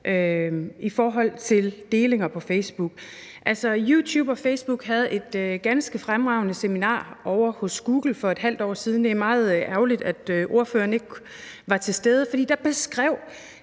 i forhold til delinger på Facebook. YouTube og Facebook havde et ganske fremragende seminar ovre hos Google for et halvt år siden, og det er meget ærgerligt, at ordføreren ikke var til stede, for der beskrev